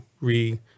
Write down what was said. re-